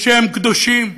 ושהם קדושים,